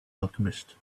alchemist